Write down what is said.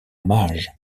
mages